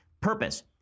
Purpose